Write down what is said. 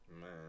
Man